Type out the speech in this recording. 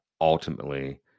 ultimately